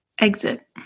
Exit